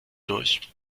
durch